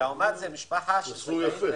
זה סכום יפה.